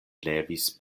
levis